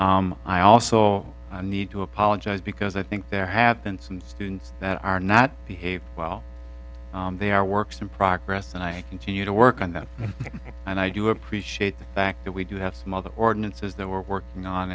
do i also need to apologize because i think there have been some students that are not behaved well they are works in progress and i continue to work on that and i do appreciate the fact that we do have some other ordinances that we're working on